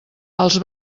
els